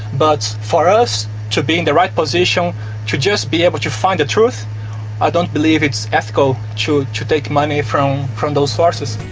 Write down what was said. but for us to be in the right position to just be able to find the truth i don't believe it's ethical to take money from from those sources.